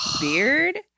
beard